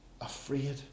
Afraid